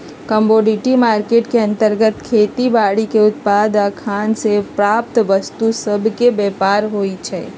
commodity market के अंतर्गत खेती बाड़ीके उत्पाद आऽ खान से प्राप्त वस्तु सभके व्यापार होइ छइ